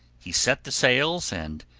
he set the sails, and,